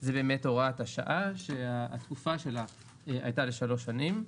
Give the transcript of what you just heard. זה הוראת השעה, שהתקופה שלה הייתה לשלוש שנים,